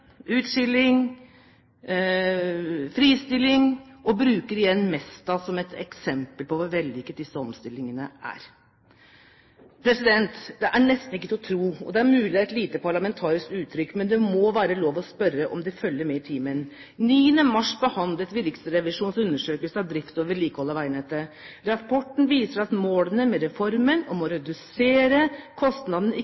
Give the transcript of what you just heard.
utskilling og fristilling. Hun bruker igjen Mesta som et eksempel på hvor vellykket disse omstillingene er. Det er nesten ikke til å tro – og det er mulig dette er et lite parlamentarisk uttrykk – men det må være lov å spørre om de følger med i timen. 9. mars behandlet vi Riksrevisjonens undersøkelse av drift og vedlikehold av veinettet. Rapporten viser at målene med reformen, å